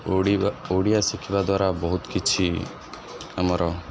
ଓଡ଼ିବା ଓଡ଼ିଆ ଶିଖିବା ଦ୍ୱାରା ବହୁତ କିଛି ଆମର